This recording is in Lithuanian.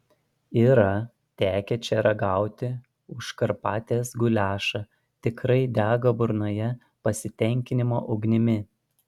yra tekę čia ragauti užkarpatės guliašą tikrai dega burnoje pasitenkinimo ugnimi